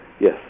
yes